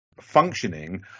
functioning